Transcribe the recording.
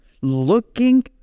looking